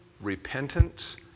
repentance